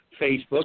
Facebook